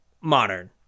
modern